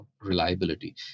reliability